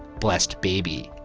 blessed baby.